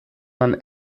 man